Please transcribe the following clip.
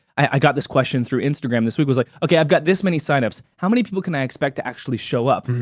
i got this question through instagram this week. it was like, okay, i've got this many sign ups. how many people can i expect to actually show up?